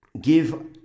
give